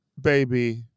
baby